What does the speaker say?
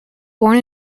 born